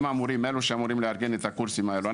הם אלה שאמורים לארגן את הקורסים האלו.